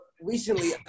recently